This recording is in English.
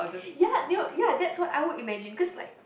ya they'll ya that's what I would imagine cause like